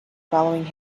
following